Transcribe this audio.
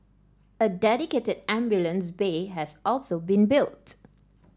a dedicated ambulance bay has also been built